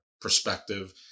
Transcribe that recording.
perspective